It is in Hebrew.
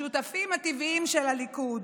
השותפים הטבעיים של הליכוד.